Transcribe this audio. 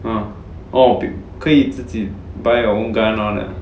ah oh 可以自己 buy your own gun [one] ah